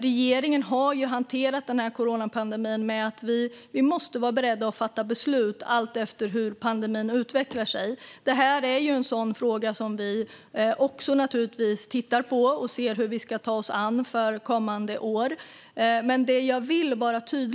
Regeringen har ju hanterat coronapandemin som så att vi måste vara beredda att fatta beslut allt efter hur pandemin utvecklar sig. Det här är en sådan fråga som vi naturligtvis tittar på och ser hur vi ska ta oss an för kommande år.